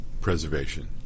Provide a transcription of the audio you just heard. preservation